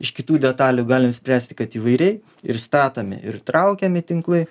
iš kitų detalių galim spręsti kad įvairiai ir statomi ir traukiami tinklai